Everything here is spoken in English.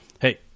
Hey